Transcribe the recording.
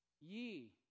ye